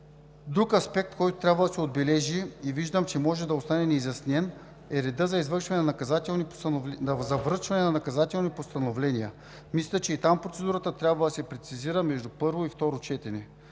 Друг аспект, който трябва да се отбележи, и виждам, че може да остане неизяснен, е редът за връчване на наказателни постановления. Мисля, че и там процедурата трябва да се прецизира между първо и второ четене.